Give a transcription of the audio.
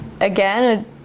Again